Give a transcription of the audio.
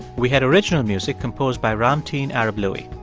we had original music composed by ramtin arablouei.